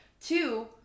Two